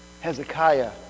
Hezekiah